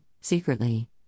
secretly